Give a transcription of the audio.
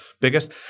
biggest